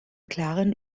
klaren